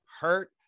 hurt